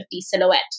silhouette